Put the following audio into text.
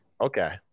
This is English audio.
Okay